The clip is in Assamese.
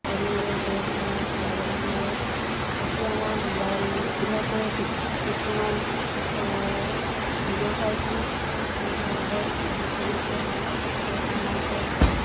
কেনিও সেই সময়ত ওলাই যাব নোৱাৰোঁ তেতিয়া মই ম'বাইলতে কিছু কিছুমান ভিডিঅ' চাইছিলোঁ ভিডিঅ'বোৰত মই কেনেকৈ কেক বনাওঁতে